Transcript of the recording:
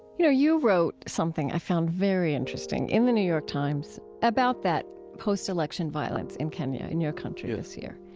you know you wrote something i found very interesting in the new york times about that post-election violence in kenya, in your country this year